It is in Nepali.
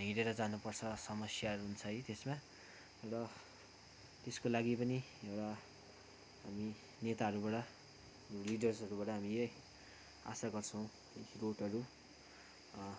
हिँडेर जानुपर्छ समस्याहरू हुन्छ है त्यसमा र यस्को लागी पनि र हामी नेताहरूबाट लिर्डसहरूबाट हामी यही आशा गर्छौँ कि रोडहरू